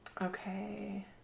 Okay